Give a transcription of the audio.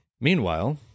Meanwhile